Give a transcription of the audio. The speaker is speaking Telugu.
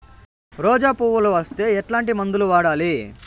రోజా పువ్వులు వస్తే ఎట్లాంటి మందులు వాడాలి?